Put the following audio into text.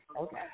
Okay